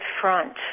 front